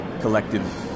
collective